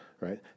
right